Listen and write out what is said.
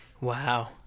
Wow